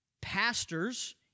pastors